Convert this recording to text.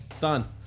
Done